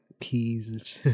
peas